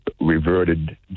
reverted